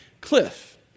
cliff